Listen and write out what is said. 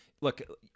look